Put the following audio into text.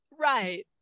right